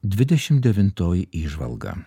dvidešim devintoji įžvalga